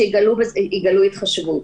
שיגלו התחשבות.